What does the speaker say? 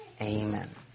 Amen